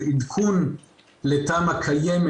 זה עדכון לתמ"א קיימת,